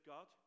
God